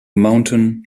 mountain